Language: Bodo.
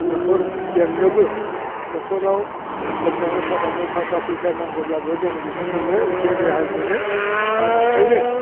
न'खर बेंनोबो न'खराव लोमजानाय साजानाय थाखा फैसा नांगौब्लाबो जों बेफोरजों एसे रेहाय मोनो आरो ओंखायनो